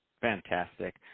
Fantastic